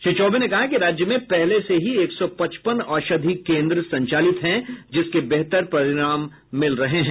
श्री चौबे ने कहा कि राज्य में पहले से ही एक सौ पचपन औषधि केंद्र संचालित हैं जिसके बेहतर परिणाम मिल रहे हैं